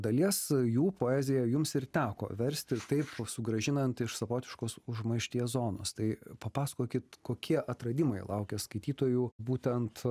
dalies jų poeziją jums ir teko versti taip sugrąžinant iš savotiškos užmaršties zonos tai papasakokit kokie atradimai laukia skaitytojų būtent